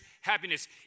happiness